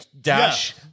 Dash